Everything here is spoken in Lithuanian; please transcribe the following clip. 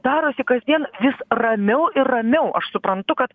darosi kasdien vis ramiau ir ramiau aš suprantu kad